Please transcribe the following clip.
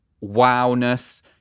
wow-ness